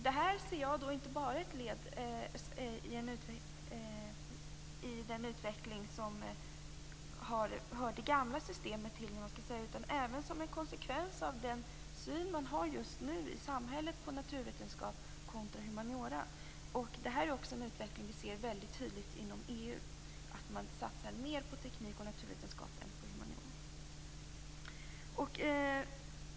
Det här ser jag inte bara som ett led i den utveckling som hör det gamla systemet till, utan även som en konsekvens av den syn man har just nu i samhället på naturvetenskap kontra humaniora. Det här är också en utveckling vi ser mycket tydligt inom EU. Man satsar mer på teknik och naturvetenskap än på humaniora.